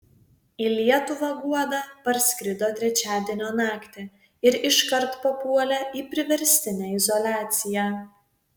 į lietuvą guoda parskrido trečiadienio naktį ir iškart papuolė į priverstinę izoliaciją